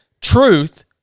Truth